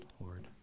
Lord